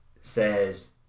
Says